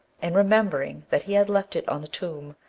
and, remembering that he had left it on the tomb,